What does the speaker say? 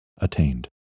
attained